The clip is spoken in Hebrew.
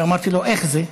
ואמרתי לו : איך זה?